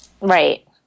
Right